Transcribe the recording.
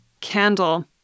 candle